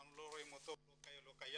אנחנו לא רואים אותו והוא לא קיים.